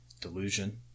Delusion